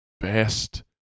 best